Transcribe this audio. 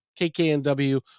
KKNW